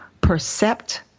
percept